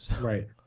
right